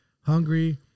hungry